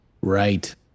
Right